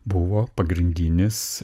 buvo pagrindinis